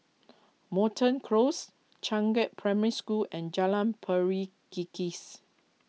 Moreton Close Changkat Primary School and Jalan Pari Kikis